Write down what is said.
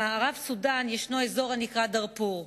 במערב סודן יש אזור הנקרא דארפור.